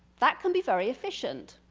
that can be very efficient.